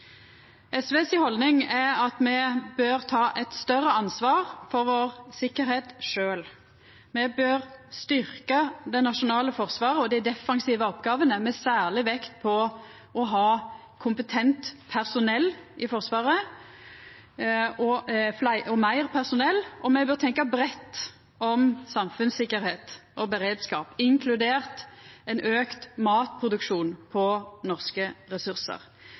er at me sjølve bør ta eit større ansvar for sikkerheita vår. Me bør styrkja det nasjonale forsvaret og dei defensive oppgåvene, med særleg vekt på å ha kompetent personell i forsvaret, og meir personell, og me bør tenkja breitt om samfunnssikkerheit og beredskap, inkludert ein auka matproduksjon på norske ressursar.